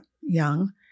young